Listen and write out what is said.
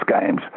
games